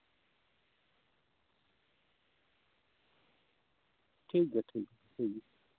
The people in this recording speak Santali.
ᱴᱷᱤᱠᱜᱮᱭᱟ ᱴᱷᱤᱠᱜᱮᱭᱟ